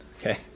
Okay